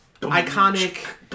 Iconic